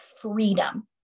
freedom